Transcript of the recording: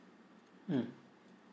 mm